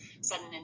sudden